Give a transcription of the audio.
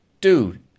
dude